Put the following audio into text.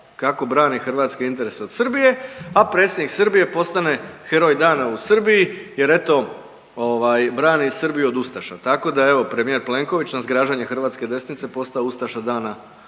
kako brani hrvatske interese od Srbije, a predsjednik Srbije postane heroj dana u Srbiji jer eto ovaj brani Srbiju od ustaša, tako da je evo premijer Plenković na zgražanje hrvatske desnice postao ustaša dana